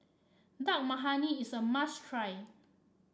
Dal Makhani is a must try